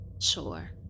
Sure